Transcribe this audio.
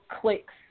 clicks